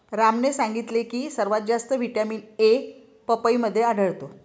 रामने सांगितले की सर्वात जास्त व्हिटॅमिन ए पपईमध्ये आढळतो